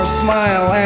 smile